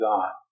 God